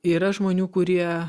yra žmonių kurie